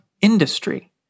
industry